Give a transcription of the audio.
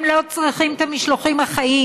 הם לא צריכים את המשלוחים החיים.